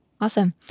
Awesome